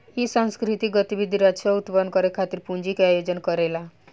इ सांस्कृतिक गतिविधि राजस्व उत्पन्न करे खातिर पूंजी के आयोजन करेला